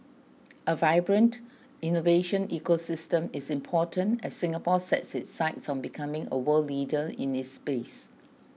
a vibrant innovation ecosystem is important as Singapore sets its sights on becoming a world leader in this space